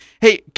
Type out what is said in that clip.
Hey